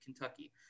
Kentucky